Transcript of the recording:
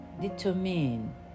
determine